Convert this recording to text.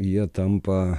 jie tampa